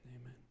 amen